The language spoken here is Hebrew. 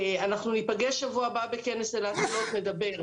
אנחנו ניפגש בשבוע הבא בכנס אילת אילות ונדבר,